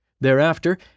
Thereafter